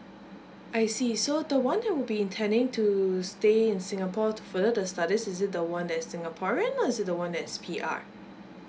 I see so the one that would be intending to stay in singapore to further the study is it the one that singaporean or is it the one that's P_R